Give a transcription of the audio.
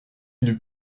n’eut